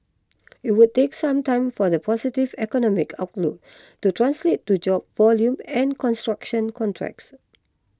it would take some time for the positive economic outlook to translate to job volume and construction contracts